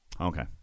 Okay